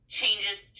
changes